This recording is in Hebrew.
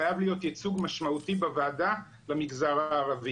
חייב להיות ייצוג משמעותי בוועדה למגזר הערבי.